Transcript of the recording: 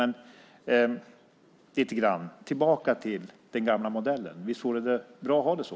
Men, lite grann, tillbaka till den gamla modellen! Visst vore det väl bra att ha det så?